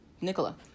Nicola